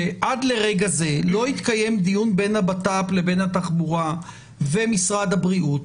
שעד לרגע זה לא התקיים דיון בין הבט"פ לבין התחבורה ומשרד הבריאות,